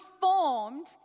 formed